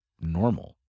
normal